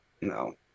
No